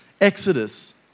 Exodus